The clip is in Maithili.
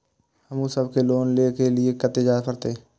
हमू सब के लोन ले के लीऐ कते जा परतें?